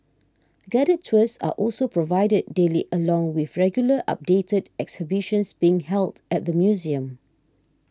guided tours are also provided daily along with regularly updated exhibitions being held at the museum